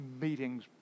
meetings